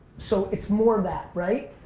so, it's more that, right?